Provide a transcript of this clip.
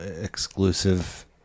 exclusive